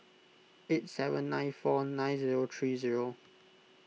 eight seven nine four nine zero three zero